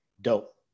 dope